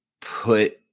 put